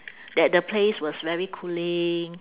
that the place was very cooling